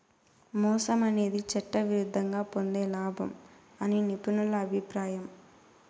మోసం అనేది చట్టవిరుద్ధంగా పొందే లాభం అని నిపుణుల అభిప్రాయం